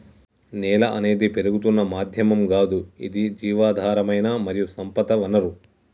నేల అనేది పెరుగుతున్న మాధ్యమం గాదు ఇది జీవధారమైన మరియు సంపద వనరు